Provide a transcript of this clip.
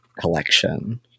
collection